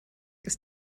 ist